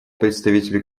представителю